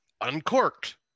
uncorked